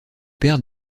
père